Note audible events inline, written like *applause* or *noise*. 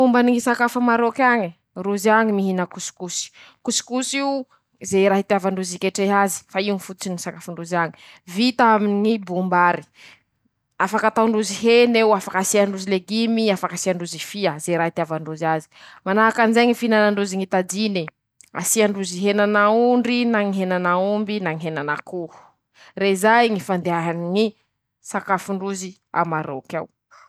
Momba ny ñy sakafo *shushes* a Marôky añy: Rozy añy mihina kosikosy, kosikos'io ze raha itiavandrozy iketreh'azy fa io ñy fototsy ny ñy sakafo ndrozy añy, vita aminy ñy bombary afaky atao ndrozy hena eo, afaky asia ndrozy legimy, afaky asiandrozy fia, ze raha itiavandrozy azy, manahakan'izay ñy fihinanandrozy ñy tadine5, asiandrozy ñy henan'aondry na ñy henan'aomby na ñy henan'akoho, rezay ñy fandehany ñy sakafo ndrozy a Marôk'ao.